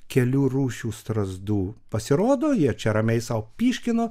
kelių rūšių strazdų pasirodo jie čia ramiai sau pyškino